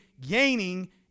gaining